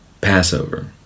Passover